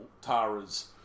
Tara's